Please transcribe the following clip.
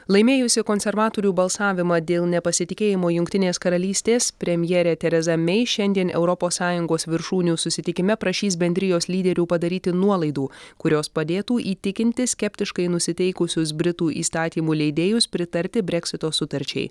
laimėjusi konservatorių balsavimą dėl nepasitikėjimo jungtinės karalystės premjerė tereza mei šiandien europos sąjungos viršūnių susitikime prašys bendrijos lyderių padaryti nuolaidų kurios padėtų įtikinti skeptiškai nusiteikusius britų įstatymų leidėjus pritarti breksito sutarčiai